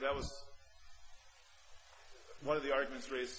that was one of the arguments raised